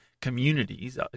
communities